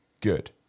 good